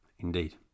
Indeed